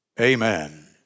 Amen